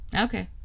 Okay